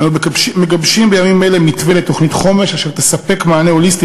אנו מגבשים בימים אלה מתווה לתוכנית חומש אשר תספק מענה הוליסטי